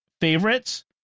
favorites